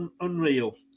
unreal